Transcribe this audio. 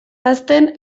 ahazten